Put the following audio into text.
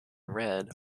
red